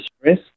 stress